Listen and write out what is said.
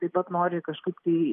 taip pat nori kažkaip tai